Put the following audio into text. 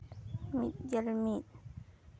ᱢᱤᱫᱜᱮᱞ ᱢᱤᱫ